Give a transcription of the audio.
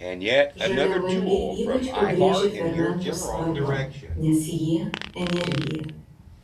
žaliavalgiai ypač pabrėžia fermentų svarbą nes jie energija